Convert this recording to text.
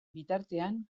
bitartean